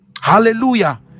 hallelujah